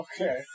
Okay